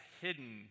hidden